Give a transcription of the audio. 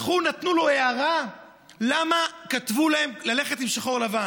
נתנו לו הערה למה כתבו להם ללכת בשחור-לבן.